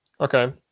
Okay